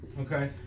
okay